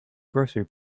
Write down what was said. grocery